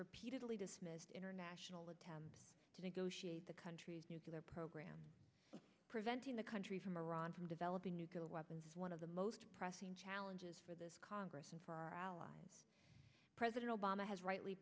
repeatedly dismissed international attempts to negotiate the country's nuclear program preventing the country from iran from developing nuclear weapons one of the most pressing challenges for the congress and for our allies president obama has rightly